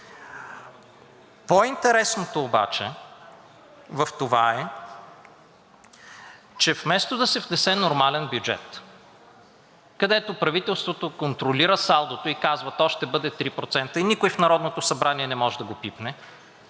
По-интересното обаче в това е, че вместо да се внесе нормален бюджет, където правителството контролира салдото и казва: то ще бъде 3% и никой в Народното събрание не може да го пипне,